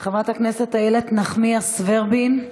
חברת הכנסת איילת נחמיאס ורבין,